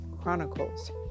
Chronicles